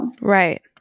Right